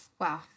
Wow